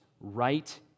right